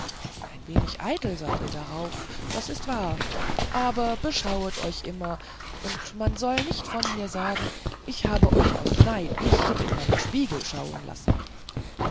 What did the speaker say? ein wenig eitel seid ihr darauf das ist wahr aber beschauet euch immer man soll nicht von mir sagen ich habe euch aus neid nicht in meinen spiegel schauen lassen